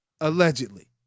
Allegedly